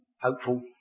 hopeful